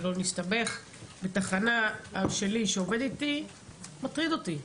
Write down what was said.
שלא נסתבך בתחנה אח שלי שעובד איתי מטריד אותי.